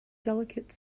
delicate